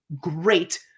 great